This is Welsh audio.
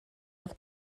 oedd